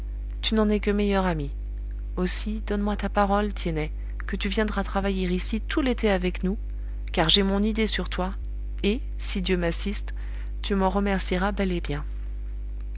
tu n'en es que meilleur ami aussi donne-moi ta parole tiennet que tu viendras travailler ici tout l'été avec nous car j'ai mon idée sur toi et si dieu m'assiste tu m'en remercieras bel et bien